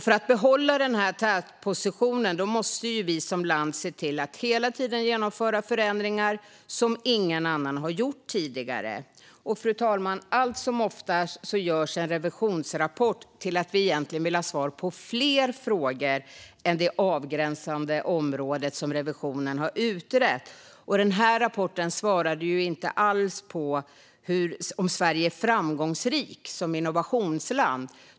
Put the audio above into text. För att behålla denna tätposition måste vi som land se till att hela tiden genomföra förändringar som ingen annan har gjort tidigare. Fru talman! Allt som oftast gör en revisionsrapport att vi egentligen vill ha svar på fler frågor än det avgränsade område som Riksrevisionen har utrett. Denna rapport svarade inte alls på om Sverige är framgångsrikt som innovationsland.